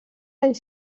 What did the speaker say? anys